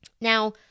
Now